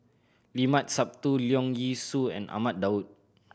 Limat Sabtu Leong Yee Soo and Ahmad Daud